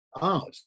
art